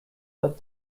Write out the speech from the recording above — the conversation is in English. that